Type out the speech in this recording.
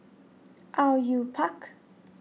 Au Yue Pak